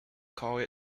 called